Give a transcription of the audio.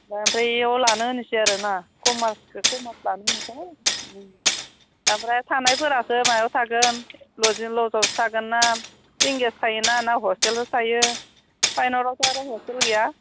दा ओमफ्राय इयाव लानो होनोसै आरोना कमार्सखो कमार्स लानोनोहाय आमफ्राय थानायफोरासो मायाव थागोन लजिं लजआवसो थागोनना पेयिं गेस्ट थायोना ना हस्टेलावसो थायो साइनआवथ' आरो हस्टेलबो गैया